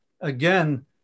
again